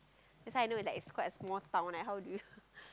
that's why I know it's like quite a small town like how do you